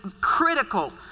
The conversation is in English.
critical